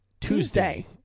Tuesday